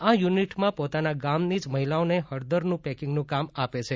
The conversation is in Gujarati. આ યુનિટમાં પોતાા ગામની જ મહિલાઓને હળદર પેકિંગનું કામ આપે છે